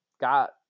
got